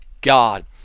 god